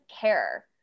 care